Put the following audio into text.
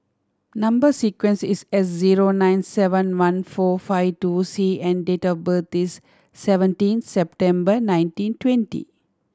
number sequence is S zero nine seven one four five two C and date of birth is seventeen September nineteen twenty